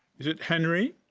is it henry?